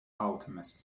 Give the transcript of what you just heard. alchemist